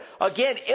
Again